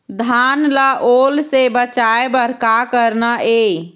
धान ला ओल से बचाए बर का करना ये?